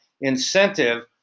incentive